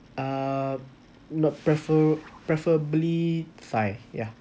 err not prefer preferably thigh yeah